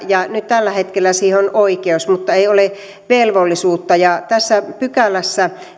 ja nyt tällä hetkellä siihen on oikeus mutta ei ole velvollisuutta tässä kahdeksannessakymmenennessäviidennessä pykälässä